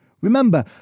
Remember